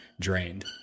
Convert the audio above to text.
drained